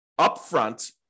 upfront